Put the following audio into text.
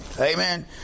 Amen